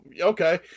okay